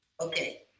Okay